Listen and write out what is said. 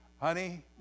Honey